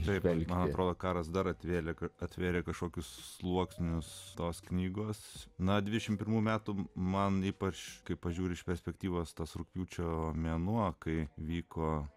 laivelį karo karas dar atvėlė kad atvėrė kažkokius sluoksnius tos knygos na dvidešimt pirmų metų man ypač kai pažiūri iš perspektyvos tas rugpjūčio mėnuo kai vyko